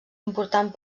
important